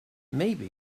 maybe